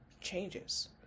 changes